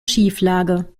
schieflage